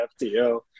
FTO